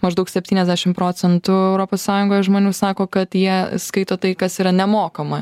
maždaug septyniasdešim procentų europos sąjungoj žmonių sako kad jie skaito tai kas yra nemokama